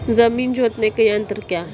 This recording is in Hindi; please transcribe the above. जमीन जोतने के यंत्र क्या क्या हैं?